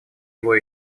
его